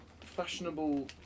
fashionable